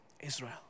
Israel